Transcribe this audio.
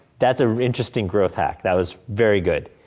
that's an interesting growth hack. that was very good,